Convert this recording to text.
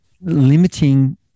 limiting